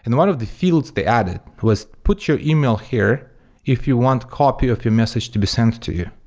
and one of the fields they added was put your email here if you want copy of your message to be sent to you.